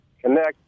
connect